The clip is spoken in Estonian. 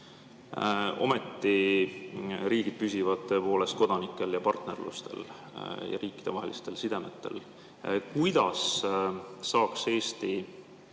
Ometi riigid püsivad tõepoolest kodanikel ja partnerlustel ja riikidevahelistel sidemetel. Kuidas saaks Eesti